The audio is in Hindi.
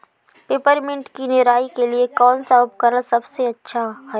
पिपरमिंट की निराई के लिए कौन सा उपकरण सबसे अच्छा है?